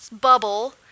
bubble